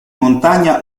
montagna